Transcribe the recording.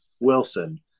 Wilson